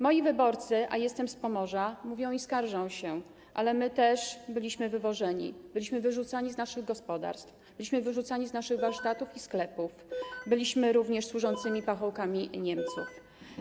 Moi wyborcy, a jestem z Pomorza, mówią i skarżą się: ale my też byliśmy wywożeni, byliśmy wyrzucani z naszych gospodarstw, byliśmy wyrzucani z naszych warsztatów i sklepów, byliśmy również służącymi pachołkami Niemców.